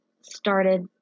started